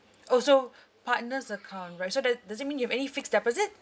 orh so partner's account right so that does it mean you have any fixed deposit